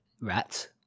rats